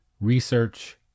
research